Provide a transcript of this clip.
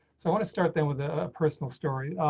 so i want to start them with a personal story.